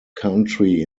country